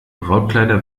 brautkleider